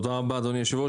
תודה רבה, אדוני היושב-ראש.